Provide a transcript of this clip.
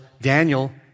Daniel